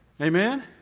Amen